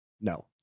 no